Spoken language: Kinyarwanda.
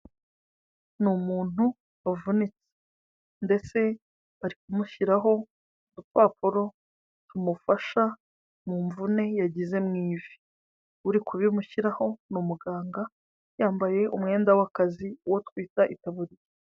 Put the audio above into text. Ni umuntu wavunitse, ndetse bari kumushyiraho udupapuro, tumufasha mu mvune yagize mu ivi, uri kubimushyiraho ni umuganga, yambaye umwenda w'akazi, uwo twita itaburiya.